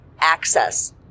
access